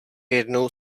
jednou